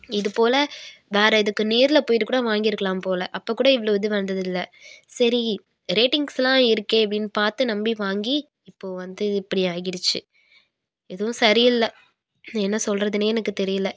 இதுபோல் வேறு இதுக்கு நேரில் போய்விட்டு கூட வாங்கியிருக்கலாம் போல் அப்போ கூட இவ்வளோ இது வந்ததில்லை சரி ரேட்டிங்ஸெலாம் இருக்கே அப்படின்னு பார்த்து நம்பி வாங்கி இப்போது வந்து இப்படி ஆகிடுச்சு எதுவும் சரியில்லை என்ன சொல்கிறதுனே எனக்கு தெரியலை